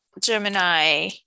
gemini